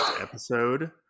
episode